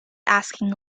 asking